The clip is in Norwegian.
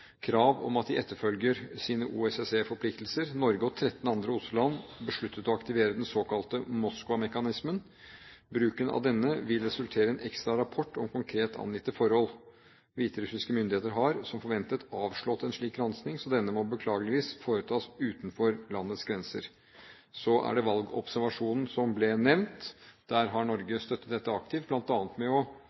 krav om at de etterfølger sine OSSE-forpliktelser. Norge og 13 andre OSSE-land besluttet å aktivere den såkalte Moskva-mekanismen. Bruken av denne vil resultere i en ekstra rapport om konkret angitte forhold. Hviterussiske myndigheter har, som forventet, avslått en slik granskning, så denne må beklageligvis foretas utenfor landets grenser. Så er det valgobservasjonen som ble nevnt. Norge har støttet dette aktivt,